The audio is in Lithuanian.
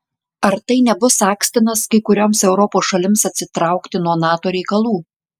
ar tai nebus akstinas kai kurioms europos šalims atsitraukti nuo nato reikalų